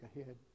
ahead